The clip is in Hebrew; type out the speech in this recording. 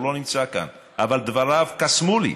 הוא לא נמצא כאן אבל דבריו קסמו לי,